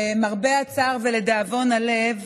למרבה הצער ולדאבון הלב,